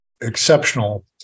exceptional